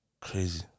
Crazy